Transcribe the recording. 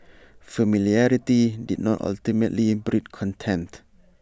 familiarity did ultimately breed contempt